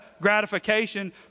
gratification